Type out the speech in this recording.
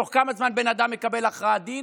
תוך כמה זמן בן אדם מקבל הכרעת דין?